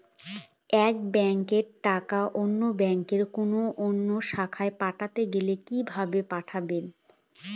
এক ব্যাংকের টাকা অন্য ব্যাংকের কোন অন্য শাখায় পাঠাতে গেলে কিভাবে পাঠাবো?